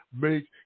make